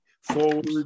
forward